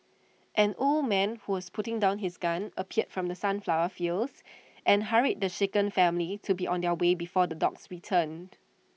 an old man who was putting down his gun appeared from the sunflower fields and hurried the shaken family to be on their way before the dogs returned